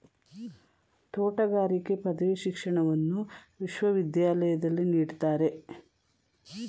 ತೋಟಗಾರಿಕೆ ಪದವಿ ಶಿಕ್ಷಣವನ್ನು ವಿಶ್ವವಿದ್ಯಾಲಯದಲ್ಲಿ ನೀಡ್ತಾರೆ